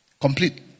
Complete